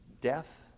death